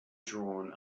drawn